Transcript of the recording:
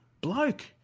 Bloke